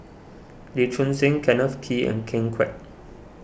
Lee Choon Seng Kenneth Kee and Ken Kwek